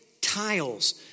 tiles